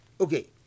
Okay